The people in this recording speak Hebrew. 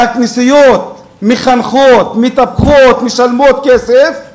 הכנסיות מחנכות, מטפחות, משלמות כסף,